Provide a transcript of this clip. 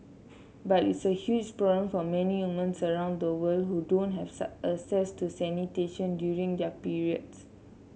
but it's a huge problem for many women around the world who don't have access to sanitation during their periods